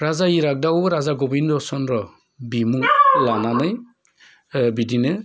राजा इरागदाव राजा गबिन्द' चन्द्र बिमुं लाना नै बिदिनो